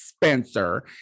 Spencer